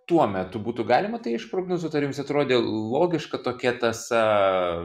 tuo metu būtų galima tai išprognozuot ar jums atrodė logiška tokia tąsa